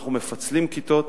אנחנו מפצלים כיתות